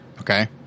Okay